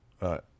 right